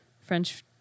French